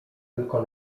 tylko